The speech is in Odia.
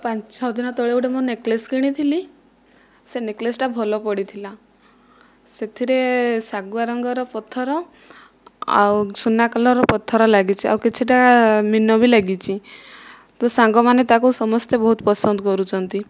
ପାଞ୍ଚ ଛ ଦିନ ତଳେ ଗୋଟିଏ ମୁଁ ନେକଲେସ୍ କିଣିଥିଲି ସେ ନେକଲେସ୍ଟା ଭଲ ପଡ଼ିଥିଲା ସେଥିରେ ଶାଗୁଆ ରଙ୍ଗର ପଥର ଆଉ ସୁନା କଲରର ପଥର ଲାଗିଛି ଆଉ କିଛିଟା ମୀନ ବି ଲାଗିଛି ତ ସାଙ୍ଗମାନେ ତାକୁ ସମସ୍ତେ ବହୁତ ପସନ୍ଦ କରୁଛନ୍ତି